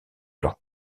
leurs